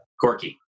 Corky